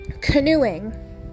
canoeing